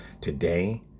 today